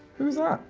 who is that?